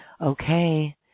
Okay